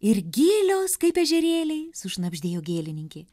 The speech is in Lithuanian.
ir gilios kaip ežerėliai sušnabždėjo gėlininkė